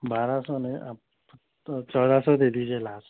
بارہ سو نہیں آپ تو تو چودہ سو دے دیجئے لاسٹ